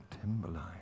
Timberline